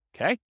Okay